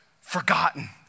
forgotten